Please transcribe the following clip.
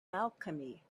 alchemy